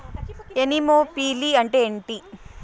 Anemophily అంటే ఏంటి?